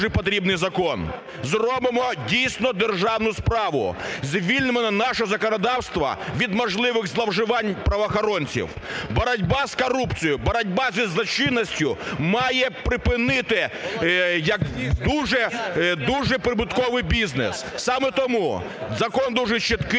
зробимо, дійсно, державну справу, звільнимо наше законодавство від можливих зловживань правоохоронців. Боротьба з корупцією, боротьба зі злочинністю має припинити дуже прибутковий бізнес. Саме тому закон дуже чіткий,